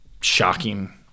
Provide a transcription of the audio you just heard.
shocking